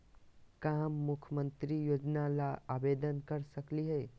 का हम मुख्यमंत्री योजना ला आवेदन कर सकली हई?